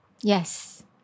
Yes